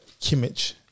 Kimmich